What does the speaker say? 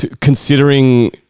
considering